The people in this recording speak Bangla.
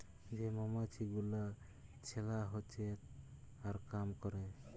যে মমাছি গুলা ছেলা হচ্যে আর কাম ক্যরে